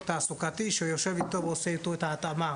תעסוקתי שיושב איתו ועושה אתו את ההתאמה